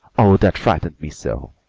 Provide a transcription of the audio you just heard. oh, that frightened me so!